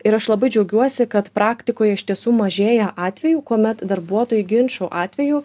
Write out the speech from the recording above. ir aš labai džiaugiuosi kad praktikoje iš tiesų mažėja atvejų kuomet darbuotojai ginčų atveju